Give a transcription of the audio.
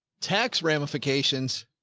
tax ramifications.